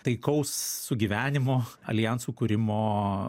taikaus sugyvenimo aljansų kūrimo